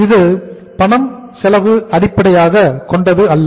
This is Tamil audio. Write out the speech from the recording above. இது பணம் செலவு அடிப்படையாகக் கொண்டது இல்லை